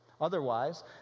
Otherwise